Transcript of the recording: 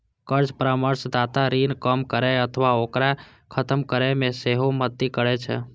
कर्ज परामर्शदाता ऋण कम करै अथवा ओकरा खत्म करै मे सेहो मदति करै छै